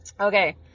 Okay